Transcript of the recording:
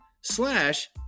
slash